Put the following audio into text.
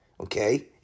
Okay